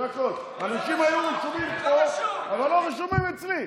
אנשים היו רשומים אבל לא רשומים אצלי,